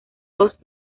dos